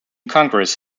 congress